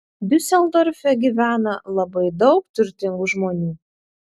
diuseldorfe gyvena labai daug turtingų žmonių